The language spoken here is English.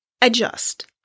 adjust